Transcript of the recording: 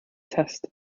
test